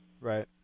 Right